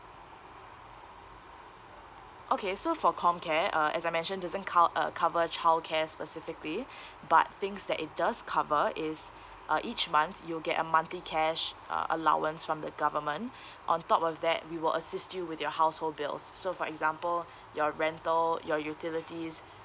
okay so for comcare uh as I mentioned doesn't count uh cover childcare specifically but things that it does cover is uh each month you'll get a monthly cash uh allowance from the government on top of that we will assist you with your household bills so for example your rental your utilities